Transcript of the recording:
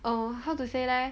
oh how to say leh